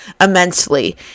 immensely